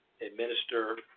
administer